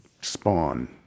Spawn